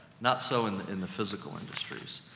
not so in the, in the physical industries.